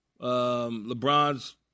LeBron's